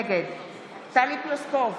נגד טלי פלוסקוב,